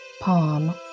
palm